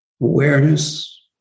Awareness